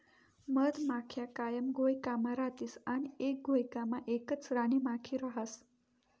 मधमाख्या कायम घोयकामा रातीस आणि एक घोयकामा एकच राणीमाखी रहास